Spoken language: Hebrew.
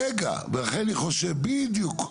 רגע, בדיוק,